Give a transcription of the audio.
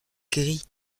gris